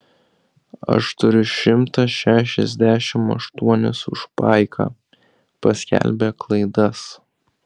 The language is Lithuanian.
aš turiu šimtą šešiasdešimt aštuonis už paiką paskelbė klaidas